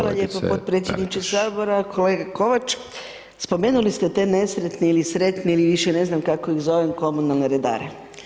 Hvala lijepa podpredsjedniče sabora, kolega Kovač spomenuli ste te nesretni ili sretni ili više ne znam kako ih zovem komunalne redare.